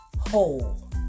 hole